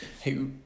Hey